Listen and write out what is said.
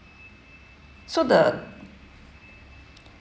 so the